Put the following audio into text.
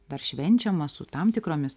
dar švenčiama su tam tikromis